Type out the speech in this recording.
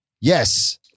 Yes